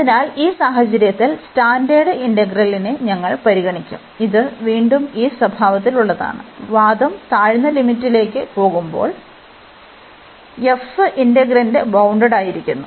അതിനാൽ ഈ സാഹചര്യത്തിൽ സ്റ്റാൻഡേർഡ് ഇന്റഗ്രലിനെ ഞങ്ങൾ പരിഗണിക്കും ഇത് വീണ്ടും ഈ സ്വഭാവത്തിലുള്ളതാണ് വാദം താഴ്ന്ന ലിമിറ്റിലേക്ക് പോകുമ്പോൾ f ഇന്റെഗ്രാന്റ് ബൌണ്ടഡ്ഡായിരിക്കുന്നു